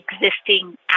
existing